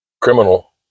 Criminal